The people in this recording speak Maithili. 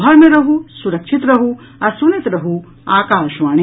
घर मे रहू सुरक्षित रहू आ सुनैत रहू आकाशवाणी